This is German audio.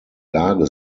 lage